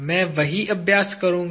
मैं वही अभ्यास करूंगा